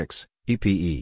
E-P-E